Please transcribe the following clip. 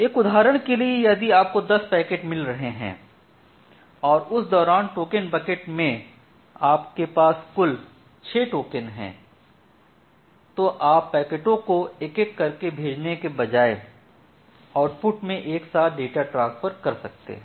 एक उदाहरण के लिए यदि आपको 10 पैकेट मिल रहे हैं और उस दौरान टोकन बकेट में आपके पास कुल 6 टोकन हैं तो आप 6 पैकेटों को एक एक करके भेजने के बजाय आउटपुट में एक साथ ट्रांसफर कर सकते हैं